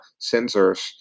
sensors